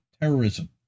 terrorism